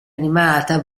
animata